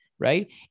right